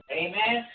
amen